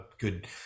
good